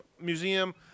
Museum